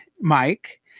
Mike